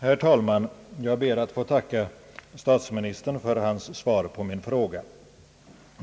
Herr talman! Jag ber att få tacka statsministern för hans svar på min fråga.